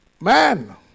man